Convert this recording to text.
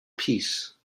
peace